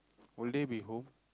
will they be home